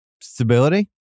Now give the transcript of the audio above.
Stability